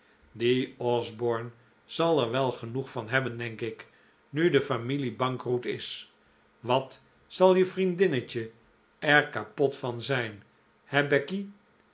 die osborne zal er wel genoeg van hebben denk ik nu de familie bankroet is wat zal je vriendinnetje er kapot van zijn he becky